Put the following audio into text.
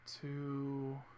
two